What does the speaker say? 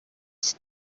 cyose